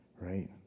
right